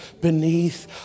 beneath